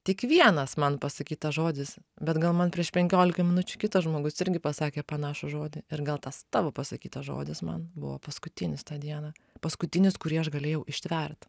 tik vienas man pasakytas žodis bet gal man prieš penkiolika minučių kitas žmogus irgi pasakė panašų žodį ir gal tas tavo pasakytas žodis man buvo paskutinis tą dieną paskutinis kurį aš galėjau ištvert